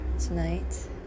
tonight